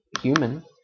human